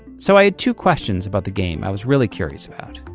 so i had two questions about the game i was really curious about.